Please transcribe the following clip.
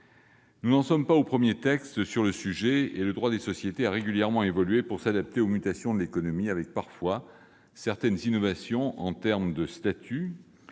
Nous n'en sommes pas au premier texte sur le sujet. Le droit des sociétés a régulièrement évolué pour s'adapter aux mutations de l'économie, avec, parfois, certaines innovations, comme le statut